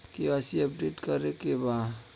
KYC update करे के बा?